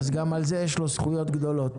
גם בזה יש לו זכויות גדולות.